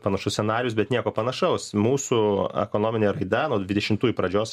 panašus scenarijus bet nieko panašaus mūsų ekonominė raida nuo dvidešimtųjų pradžios